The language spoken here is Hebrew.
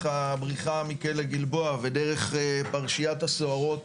הבריחה מכלא גלבוע ודרך פרשיית הסוהרות